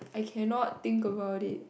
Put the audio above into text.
I cannot think about it